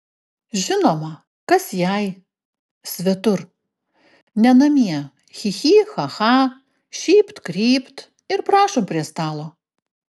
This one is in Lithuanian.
žinoma kas jai svetur ne namie chi chi cha cha šypt krypt ir prašom prie stalo